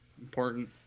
Important